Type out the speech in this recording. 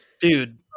Dude